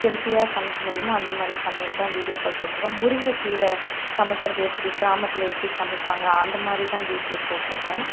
ஹெல்த்தியாக சமைக்க முடியுமோ அந்தமாதிரி சமையல்தான் வீடியோக்கள் போட்டிருக்கேன் முருங்கைக்கீரை சமைக்கிறது எப்படி கிராமத்தில் எப்படி சமைப்பாங்க அந்தமாதிரிதான் வீடியோ போட்டிருக்கேன்